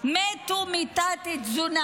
מתו מתת-תזונה.